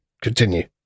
Continue